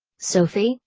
sophie,